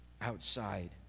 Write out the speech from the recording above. outside